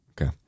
okay